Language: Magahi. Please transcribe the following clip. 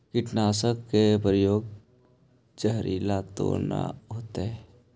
कीटनाशक के प्रयोग, जहरीला तो न होतैय?